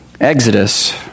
Exodus